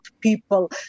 people